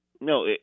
No